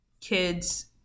kids